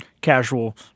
casual